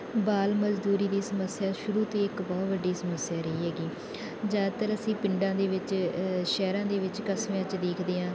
ਬਾਲ ਮਜ਼ਦੂਰੀ ਦੀ ਸਮੱਸਿਆ ਸ਼ੁਰੂ ਤੋਂ ਇੱਕ ਬਹੁਤ ਵੱਡੀ ਸਮੱਸਿਆ ਰਹੀ ਹੈਗੀ ਜ਼ਿਆਦਾਤਰ ਅਸੀਂ ਪਿੰਡਾਂ ਦੇ ਵਿੱਚ ਸ਼ਹਿਰਾਂ ਦੇ ਵਿੱਚ ਕਸਬਿਆਂ 'ਚ ਦੇਖਦੇ ਹਾਂ